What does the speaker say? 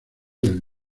del